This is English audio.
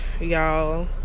y'all